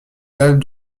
dalle